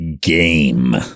game